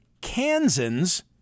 Kansans